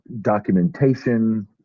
documentation